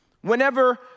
whenever